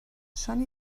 són